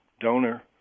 donor